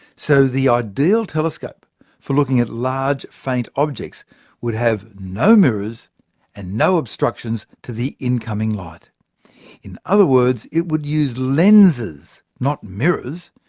so the ideal telescope for looking at large faint objects would have no mirrors and no obstructions to the incoming light in other words, it would use lenses, not mirrors.